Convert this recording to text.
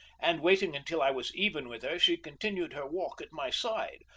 and, waiting until i was even with her, she continued her walk at my side,